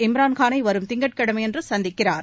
இம்ரான் கானை வரும் திங்கட்கிழமை அன்று சந்திக்கிறார்